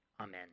Amen